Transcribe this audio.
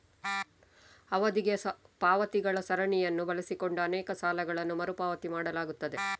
ಅವಧಿಗೆ ಪಾವತಿಗಳ ಸರಣಿಯನ್ನು ಬಳಸಿಕೊಂಡು ಅನೇಕ ಸಾಲಗಳನ್ನು ಮರು ಪಾವತಿ ಮಾಡಲಾಗುತ್ತದೆ